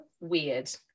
weird